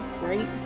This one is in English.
right